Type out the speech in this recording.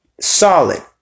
Solid